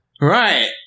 Right